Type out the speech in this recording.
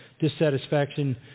dissatisfaction